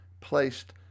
placed